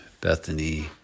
Bethany